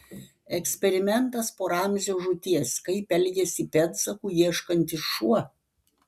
eksperimentas po ramzio žūties kaip elgiasi pėdsakų ieškantis šuo